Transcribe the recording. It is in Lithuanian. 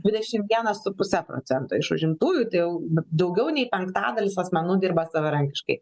dvidešimt vienas su puse procento iš užimtųjų tai jau daugiau nei penktadalis asmenų dirba savarankiškai